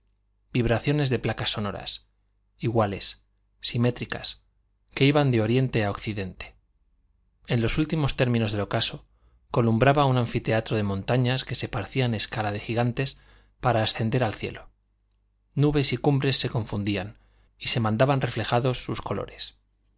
vibraciones de placas sonoras iguales simétricas que iban de oriente a occidente en los últimos términos del ocaso columbraba un anfiteatro de montañas que parecían escala de gigantes para ascender al cielo nubes y cumbres se confundían y se mandaban reflejados sus colores